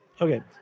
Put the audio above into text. Okay